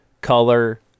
color